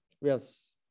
Yes